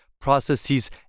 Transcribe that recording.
processes